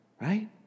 Right